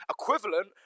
equivalent